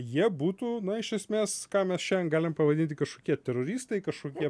jie būtų na iš esmės ką mes šiandien galim pavadinti kažkokie teroristai kažkokie